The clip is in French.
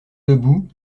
debout